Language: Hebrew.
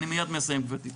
אני כבר מסיים גברתי,